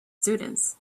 students